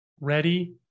ready